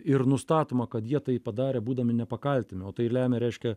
ir nustatoma kad jie tai padarė būdami nepakaltinami o tai lemia reiškia